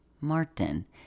Martin